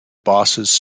bosses